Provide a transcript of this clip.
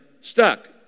stuck